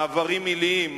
מעברים עיליים,